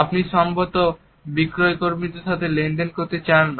আপনি সম্ভবত বিক্রয়কর্মীদের সাথে লেনদেন করতে চান না